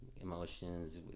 emotions